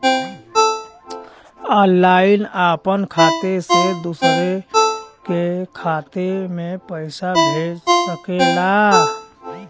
online आपन खाते से दूसर के खाते मे पइसा भेज सकेला